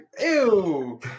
ew